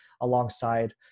alongside